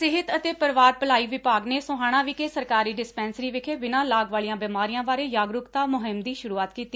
ਸਿਹਤ ਅਤੇ ਪਰਿਵਾਰ ਭਲਾਈ ਵਿਭਾਗ ਨੇ ਸੋਹਾਣਾ ਵਿਖੇ ਸਰਕਾਰੀ ਡਿਸਪੈਂਸਰੀ ਵਿਖੇ ਬਿਨਾ ਲਾਗ ਵਾਲੀਆਂ ਬੀਮਾਰੀਆਂ ਬਾਰੇ ਜਾਗਰੁਕਤਾ ਮੁਹਿਮ ਦੀ ਸੁਰੂਆਤ ਕੀਤੀ